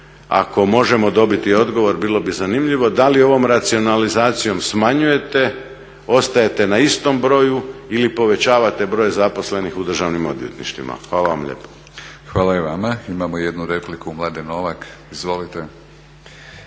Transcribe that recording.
ako možemo dobiti odgovor, bilo bi zanimljivo da li ovom racionalizacijom smanjujete, ostajete na istom broju ili povećavate broj zaposlenih u državnim odvjetništvima? Hvala vam lijepo. **Batinić, Milorad (HNS)** Hvala i vama. Imamo jednu repliku Mladen Novak. Izvolite.